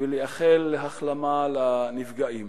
ולאחל החלמה לנפגעים.